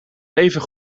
even